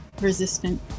resistant